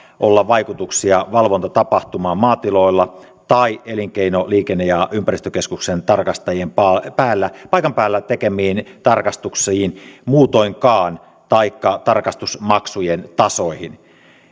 olla vaikutuksia valvontatapahtumaan maatiloilla tai elinkeino liikenne ja ympäristökeskuksen tarkastajien paikan päällä paikan päällä tekemiin tarkastuksiin muutoinkaan taikka tarkastusmaksujen tasoihin